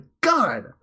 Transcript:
God